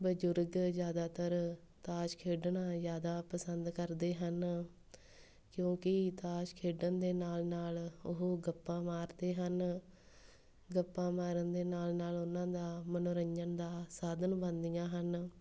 ਬਜ਼ੁਰਗ ਜ਼ਿਆਦਾਤਰ ਤਾਸ਼ ਖੇਡਣਾ ਜ਼ਿਆਦਾ ਪਸੰਦ ਕਰਦੇ ਹਨ ਕਿਉਂਕਿ ਤਾਸ਼ ਖੇਡਣ ਦੇ ਨਾਲ਼ ਨਾਲ਼ ਉਹ ਗੱਪਾਂ ਮਾਰਦੇ ਹਨ ਗੱਪਾਂ ਮਾਰਨ ਦੇ ਨਾਲ਼ ਨਾਲ਼ ਉਹਨਾਂ ਦਾ ਮਨੋਰੰਜਨ ਦਾ ਸਾਧਨ ਬਣਦੀਆਂ ਹਨ